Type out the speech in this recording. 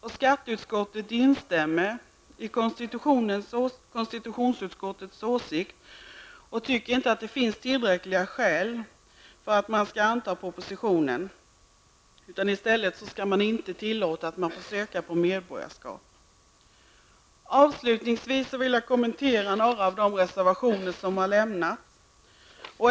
Skatteutskottet instämmer i konstitutionsutskottets åsikt och tycker inte att det finns tillräckliga skäl för att anta det förslaget i propositionen. I stället skall man inte tillåta sökning på medborgarskap. Avslutningsvis vill jag kommentera några av de reservationer som har lämnats.